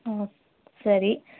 ಹ್ಞೂ ಸರಿ